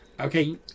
Okay